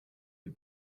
you